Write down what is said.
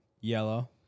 yellow